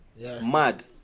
Mad